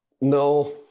No